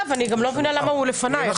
אגב, אני גם לא מבינה למה הוא מדבר לפניי.